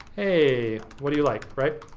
hey, what do you like, right?